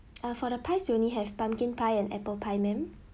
uh for the pies we only have pumpkin pie and apple pie ma'am